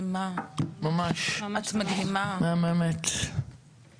אז אני אמרתי לה שאני מבקשת ממנה לשנות את